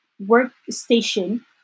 workstation